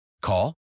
Call